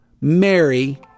Mary